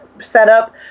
setup